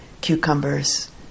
cucumbers